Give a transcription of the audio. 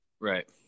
Right